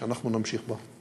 שאנחנו נמשיך בה.